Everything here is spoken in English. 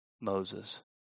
Moses